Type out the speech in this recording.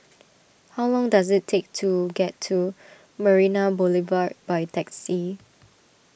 how long does it take to get to Marina Boulevard by taxi